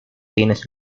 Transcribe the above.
tienes